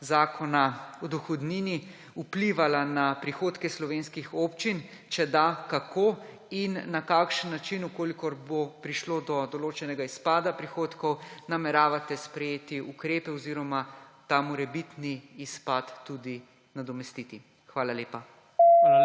Zakona o dohodnini vplivala na prihodke slovenskih občin? Če da, kako? In na kakšen način, če bo prišlo do določenega izpada prihodkov, nameravate sprejeti ukrepe oziroma ta morebitni izpad tudi nadomestiti? Hvala lepa.